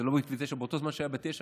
כי באותו זמן שזה היה ב-9,